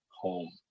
home